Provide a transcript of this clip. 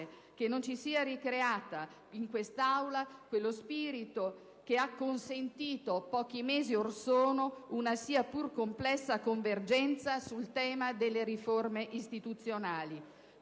che non si sia ricreato in quest'Aula quello spirito che ha consentito pochi mesi or sono una sia pur complessa convergenza sul tema delle riforme istituzionali.